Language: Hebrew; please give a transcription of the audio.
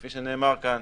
כפי שנאמר כאן,